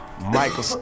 Michael